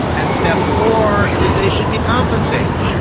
and step four is they should be compensated.